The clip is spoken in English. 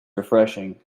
refreshing